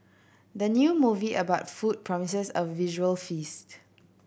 the new movie about food promises a visual feast